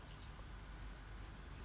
true